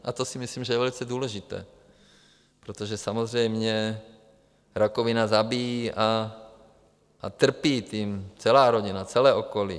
A to si myslím, že je velice důležité, protože samozřejmě rakovina zabíjí a trpí tím celá rodina, celé okolí.